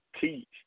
teach